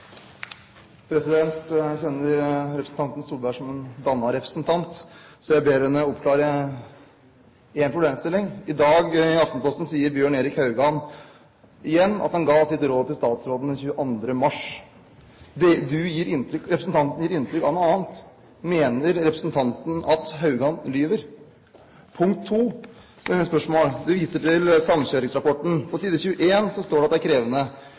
Jeg kjenner representanten Solberg som en dannet representant, så jeg ber henne oppklare en problemstilling. I Aftenposten i dag sier Bjørn-Erik Haugan igjen at han ga sitt råd til statsråden den 22. mars. Representanten gir inntrykk av noe annet. Mener representanten at Haugan lyver? Punkt to, et spørsmål: Du viser til samkjøringsrapporten. På side 21står det at det er krevende,